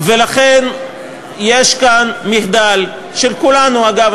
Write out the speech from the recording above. לכן, יש כאן מחדל, של כולנו, אגב.